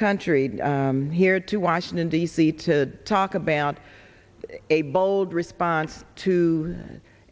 country here to washington d c to talk about a bold response to